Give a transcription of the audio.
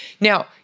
Now